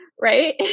right